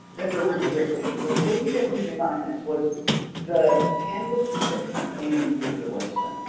is a really great question. the way that we designed this was the handbook is a companion to the website.